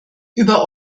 über